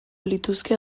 lituzke